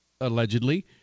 allegedly